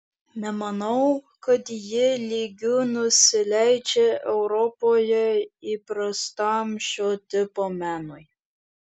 nemanau kad ji lygiu nusileidžia europoje įprastam šio tipo menui